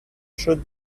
should